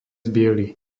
biely